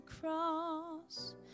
cross